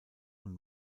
und